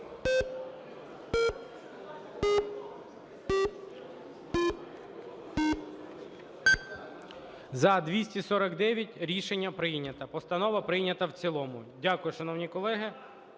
За-249 Рішення прийнято. Постанова прийнята в цілому, дякую, шановні колеги.